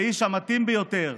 האיש המתאים ביותר,